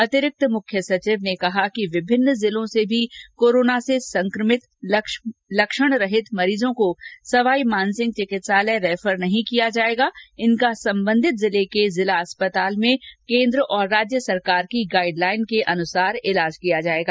अतिरिक्त मुख्य सचिव ने कहा कि विभिन्न जिलों से भी कोरोना से संक्रमित लक्षण रहित मरीजों को सवाई मानसिंह चिकित्सालय रैफर नहीं कर इनका संबंधित जिले के जिला अस्पताल में केन्द्र सरकार और राज्य सरकार की गाइड लाइन के अनुसार इलाज किया जाएगा